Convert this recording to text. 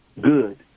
good